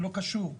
לא קשור,